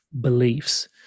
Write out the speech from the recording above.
beliefs